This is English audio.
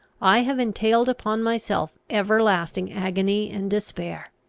i have entailed upon myself everlasting agony and despair!